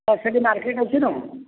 ହ ସେଇଠି ମାର୍କେଟ୍ ଅଛି ତ